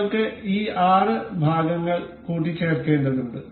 നിങ്ങൾക്ക് ഈ ആറ് ഭാഗങ്ങൾ കൂട്ടിച്ചേർക്കേണ്ടതുണ്ട്